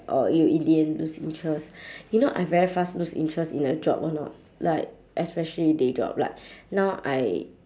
or you in the end lose interest you know I very fast lose interest in a job or not like especially day job like now I